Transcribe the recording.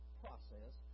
process